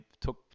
took